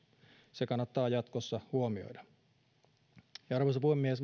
se kannattaa jatkossa huomioida arvoisa puhemies